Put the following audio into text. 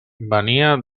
venia